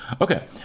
Okay